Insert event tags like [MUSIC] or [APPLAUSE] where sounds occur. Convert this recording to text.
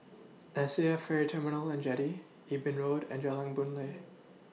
S A F Ferry Terminal and Jetty Eben Road and Jalan Boon Lay [NOISE]